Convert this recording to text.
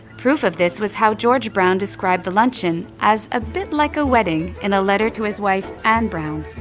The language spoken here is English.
proof of this was how george brown described the luncheon as a bit like a wedding in a letter to his wife, anne brown.